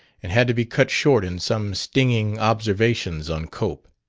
and had to be cut short in some stinging observations on cope.